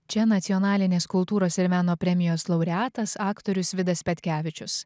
čia nacionalinės kultūros ir meno premijos laureatas aktorius vidas petkevičius